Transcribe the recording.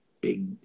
big